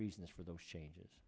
reasons for the changes